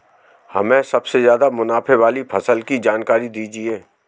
हमें सबसे ज़्यादा मुनाफे वाली फसल की जानकारी दीजिए